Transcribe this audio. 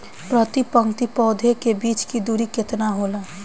प्रति पंक्ति पौधे के बीच की दूरी केतना होला?